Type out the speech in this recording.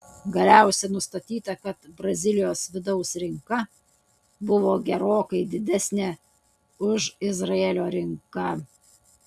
galiausiai nustatyta kad brazilijos vidaus rinka buvo gerokai didesnė už izraelio rinką